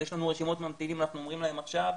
אז יש לנו רשימות ממתינים ואנחנו אומרים להם שעכשיו